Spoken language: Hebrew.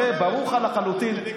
הרי ברור לך לחלוטין,